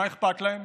מה אכפת להם?